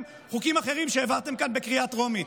חוקים אחרים שהעברתם כאן בקריאה טרומית,